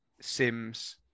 Sims